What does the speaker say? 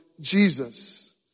Jesus